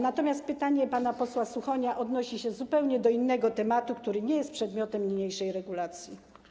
Natomiast pytanie pana posła Suchonia odnosi się zupełnie do innego tematu, który nie jest przedmiotem niniejszej regulacji.